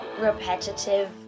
repetitive